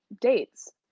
dates